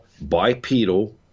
bipedal